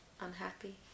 unhappy